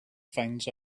finds